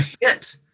hit